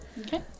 Okay